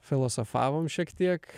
filosofavom šiek tiek